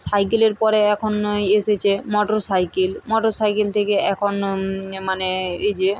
সাইকেলের পরে এখন ওই এসেছে মোটর সাইকেল মোটর সাইকেল থেকে এখন মানে এই যে